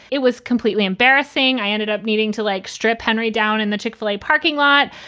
it was completely embarrassing. i ended up needing to like strip henry down and the chick fil a parking lot,